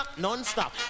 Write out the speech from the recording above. non-stop